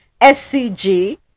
SCG